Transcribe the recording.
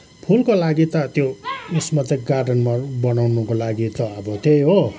फुलको लागि त त्यो ऊ यसमा त गार्डनमा बनाउनुको लागि त अब त्यही हो